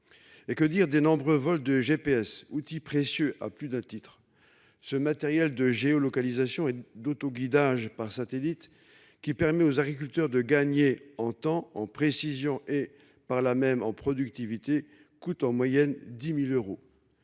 Et que dire des nombreux vols de GPS, outil précieux à plus d'un titre. Ce matériel de géolocalisation et d'auto-guidage par satellite qui permet aux agriculteurs de gagner en temps en précision et par là même en productivité coûte en moyenne 10.000 euros.